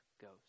goes